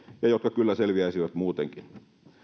ja jotka kyllä selviäisivät muutenkin